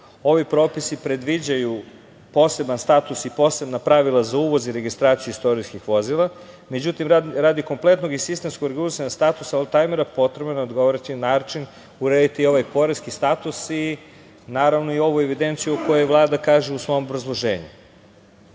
Ovi propisi predviđaju poseban status i posebna pravila za uvoz i registraciju istorijskih vozila. Međutim, radi kompletnog i sistemskog regulisanja statusa oldtajmera potrebno je na odgovarajući način, urediti ovaj poreski status i naravno i ovu evidenciju koju Vlada kaže u svom obrazloženju. Srbija